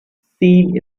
seen